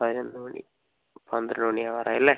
പതിനൊന്ന് മണി പന്ത്രണ്ട് മണി ആവാറായി അല്ലേ